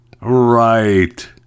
Right